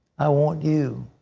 i want you.